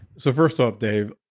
so, first off dave,